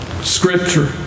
scripture